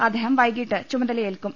അദ്ദേഹം വൈകിട്ട് ചുമതലയേൽക്കും